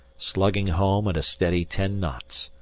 slugging home at a steady ten knots,